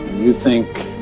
you think